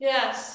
Yes